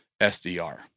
SDR